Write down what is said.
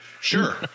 Sure